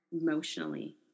emotionally